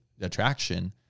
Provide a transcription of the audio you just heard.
attraction